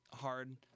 hard